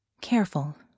careful